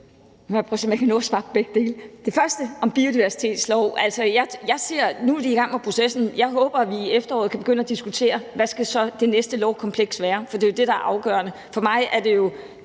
med processen, og jeg håber, at vi i efteråret kan begynde at diskutere, hvad det næste lovkompleks så skal være, for det er jo det, der er afgørende.